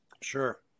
sure